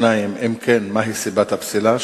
2. אם כן, מה היא סיבת הפסילה?